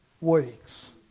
weeks